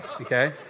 okay